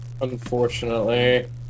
Unfortunately